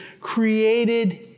created